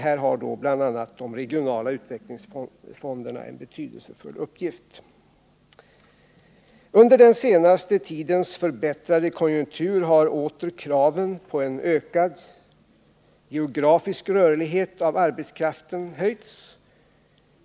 Här har bl.a. de regionala utvecklingsfonderna en betydelsefull uppgift. Under den senaste tidens förbättrade konjunktur har åter kraven på en ökad geografisk rörlighet av arbetskraften höjts.